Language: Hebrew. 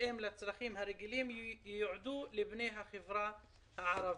בהתאם לצרכים הרגילים ייועדו לבני החברה הערבית.